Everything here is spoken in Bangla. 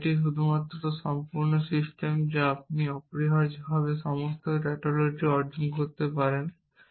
এবং এটি এমন একটি সম্পূর্ণ সিস্টেম যা আপনি অপরিহার্যভাবে সমস্ত ট্যাটোলজি অর্জন করতে পারেন